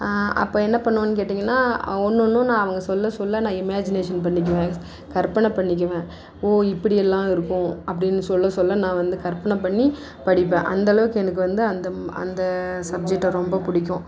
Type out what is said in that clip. அப்போ என்ன பண்ணணுவோன்னு கேட்டிங்கன்னால் ஒன்னொன்றும் நான் அவங்க சொல்ல சொல்ல நான் இமேஜினேஷன் பண்ணிக்குவேன் கற்பனை பண்ணிக்குவேன் ஓ இப்படியெல்லாம் இருக்கும் அப்படின்னு சொல்ல சொல்ல நான் வந்து கற்பனை பண்ணி படிப்பேன் அந்தளவுக்கு எனக்கு வந்து அந்த அந்த சப்ஜெக்டை ரொம்ப பிடிக்கும்